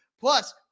plus